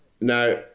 Now